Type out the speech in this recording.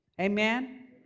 Amen